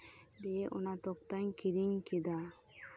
ᱫᱤᱭᱮ ᱚᱱᱟ ᱛᱚᱠᱛᱟᱧ ᱠᱤᱨᱤᱧ ᱠᱮᱫᱟ